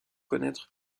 connaître